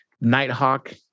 Nighthawk